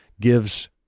gives